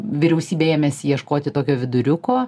vyriausybė ėmėsi ieškoti tokio viduriuko